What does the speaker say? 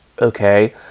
okay